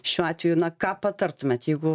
šiuo atveju na ką patartumėt jeigu